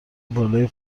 بالای